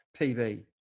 PB